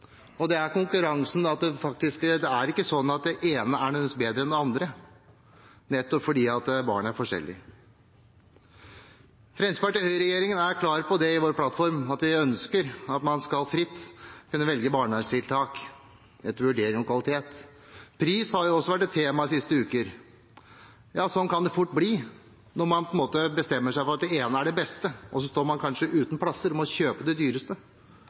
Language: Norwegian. er nettopp mangfoldet, og når det gjelder konkurranse, er det faktisk ikke slik at det ene nødvendigvis er bedre enn det andre, nettopp fordi barn er forskjellige. Høyre–Fremskrittsparti-regjeringen er i sin plattform klar på at vi ønsker at man fritt skal kunne velge barnevernstiltak etter vurdering av kvalitet. Pris har også vært et tema de siste ukene, ja, slik kan det fort bli når man bestemmer seg for at det ene er det beste, og så står man kanskje uten plasser og må kjøpe de dyreste,